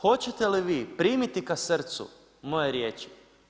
Hoćete li vi primiti kao srcu moje riječi?